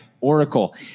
oracle